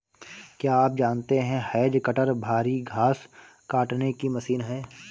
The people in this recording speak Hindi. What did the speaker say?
क्या आप जानते है हैज कटर भारी घांस काटने की मशीन है